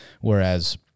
Whereas